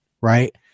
right